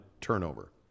turnover